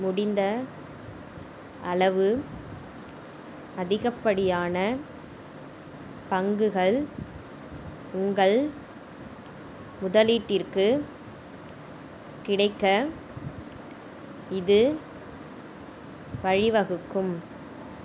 முடிந்த அளவு அதிகப்படியான பங்குகள் உங்கள் முதலீட்டிற்குக் கிடைக்க இது வழி வகுக்கும்